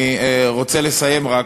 אני רוצה לסיים רק,